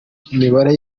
imibare